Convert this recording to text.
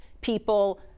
people